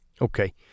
okay